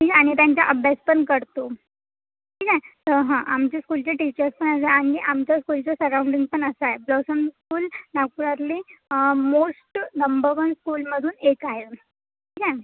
ठीक आहे आणि त्यांचा अभ्यास पण करतो ठीक आहे तर हां आमच्या स्कूलचे टीचर्स पण अज आणि आमच्या स्कूलचं सराउंडिंग पण असं आहे ब्लॉसम स्कूल नागपुरातली मोस्ट नंब वन स्कूलमधून एक आहे ठीक आहे